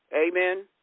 Amen